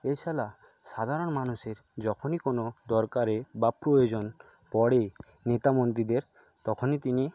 এছাড়া সাধারণ মানুষের যখনই কোনো দরকারে বা প্রয়োজন পরে নেতা মন্ত্রীদের তখনই তিনি